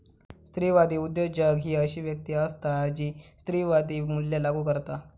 स्त्रीवादी उद्योजक ही अशी व्यक्ती असता जी स्त्रीवादी मूल्या लागू करता